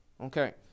Okay